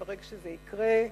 ברגע שזה יקרה,